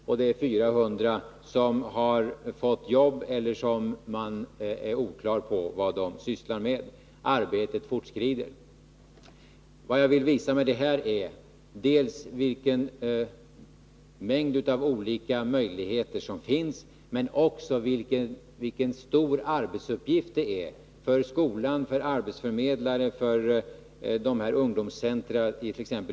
Av resterande 400 har en del fått jobb, medan man beträffande de andra inte är klar över vad de sysslar med. Arbetet foriskrider. Vad jag vill visa med detta är dels vilken mä gd av olika möjligheter som finns, dels vilken stor arbetsuppgift det är för skolan, för arbetsförmedlare och för ungdomscentra —t.ex.